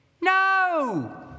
No